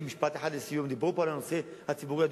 משפט אחד לסיום: דיברו פה על נושא הדיור הציבורי,